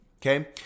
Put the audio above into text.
Okay